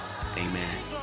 amen